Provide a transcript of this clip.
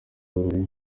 ruri